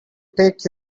take